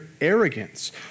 arrogance